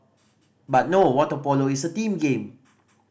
but no water polo is a team game